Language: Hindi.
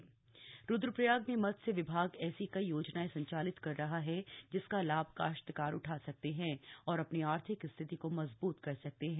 मत्स्य विभाग रुद्वप्रयाग रुद्रप्रयाग में मत्स्य विभाग ऐसी कई योजनाएं संचालित कर रहा हप्त जिसका लाभ काश्तकार उठा सकते हैं और अपनी आर्थिक स्थिति को मजबूत कर सकते हैं